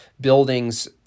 buildings